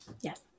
Yes